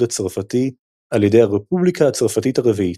הצרפתי על ידי הרפובליקה הצרפתית הרביעית,